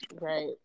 Right